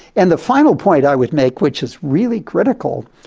and the final point i would make, which is really critical,